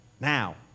Now